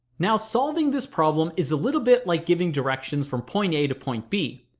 now solving this problem is a little bit like giving directions from point a to point b,